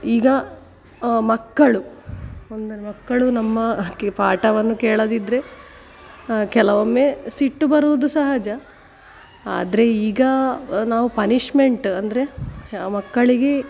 ಈಗ ಮಕ್ಕಳು ಒಂದು ಮಕ್ಕಳು ನಮ್ಮ ಕೆ ಪಾಠವನ್ನು ಕೇಳದಿದ್ದರೆ ಕೆಲವೊಮ್ಮೆ ಸಿಟ್ಟು ಬರುವುದು ಸಹಜ ಆದರೆ ಈಗ ನಾವು ಪನಿಶ್ಮೆಂಟ್ ಅಂದರೆ ಆ ಮಕ್ಕಳಿಗೆ